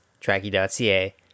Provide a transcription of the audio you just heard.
tracky.ca